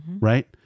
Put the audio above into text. right